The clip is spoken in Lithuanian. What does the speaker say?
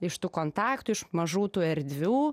iš tų kontaktų iš mažų tų erdvių